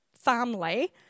family